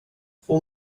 får